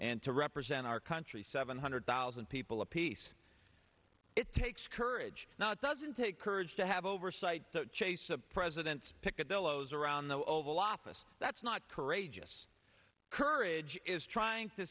and to represent our country seven hundred thousand people of peace it takes courage now it doesn't take courage to have oversight chase a president pick a delos around the oval office that's not courageous courage is trying to